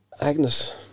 Agnes